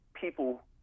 people